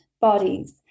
bodies